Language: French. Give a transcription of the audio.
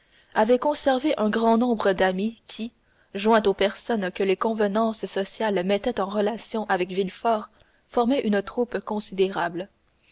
avait conservé grand nombre d'amis qui joints aux personnes que les convenances sociales mettaient en relation avec villefort formaient une troupe considérable